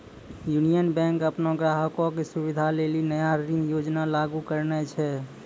union Bank अपनो ग्राहको के सुविधा लेली नया ऋण योजना लागू करने छै